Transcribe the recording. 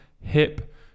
hip